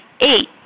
Eight